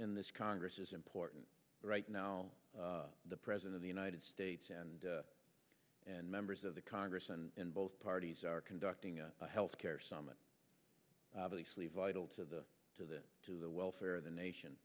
in this congress is important right now the president of the united states and and members of the congress and both parties are conducting a health care summit obviously vital to the to the to the welfare of the nation